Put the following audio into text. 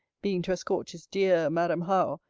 being to escort his dear madam howe,